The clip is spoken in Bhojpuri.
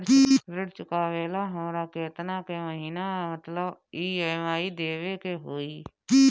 ऋण चुकावेला हमरा केतना के महीना मतलब ई.एम.आई देवे के होई?